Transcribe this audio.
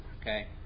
Okay